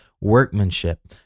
workmanship